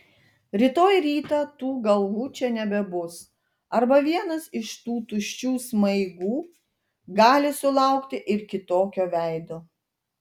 rytoj rytą tų galvų čia nebebus arba vienas iš tų tuščių smaigų gali sulaukti ir kitokio veido